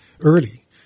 early